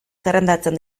zerrendatzen